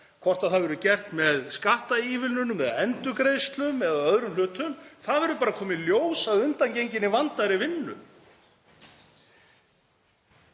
hvort það verður gert með skattaívilnunum eða endurgreiðslu eða öðrum hlutum — það verður bara að koma í ljós að undangenginni vandaðri vinnu.